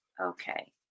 Okay